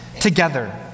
together